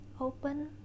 open